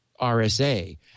RSA